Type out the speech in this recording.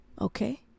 Okay